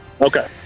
Okay